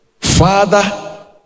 Father